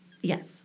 Yes